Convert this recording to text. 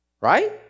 Right